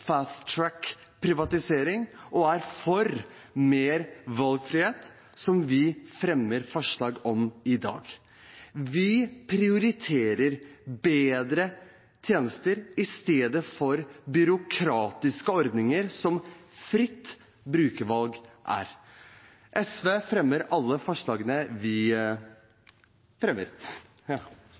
og er for mer valgfrihet, som vi fremmer forslag om i dag. Vi prioriterer bedre tjenester i stedet for byråkratiske ordninger som «fritt» brukervalg er. Jeg tar opp alle forslagene som SV fremmer